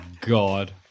god